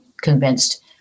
convinced